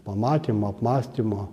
pamatymo apmąstymo